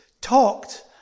talked